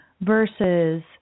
versus